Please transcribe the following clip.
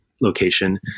location